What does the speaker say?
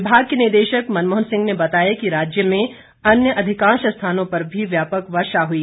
विभाग के निदेशक मनमोहन सिंह ने बताया कि राज्य में अन्य अधिकांश स्थानों पर भी व्यापक वर्षा हुई